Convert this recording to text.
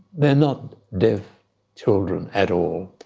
they are not deaf children at all,